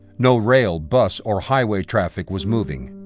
no rail, bus, or highway traffic was moving.